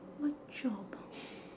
what job ah